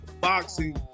boxing